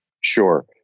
Sure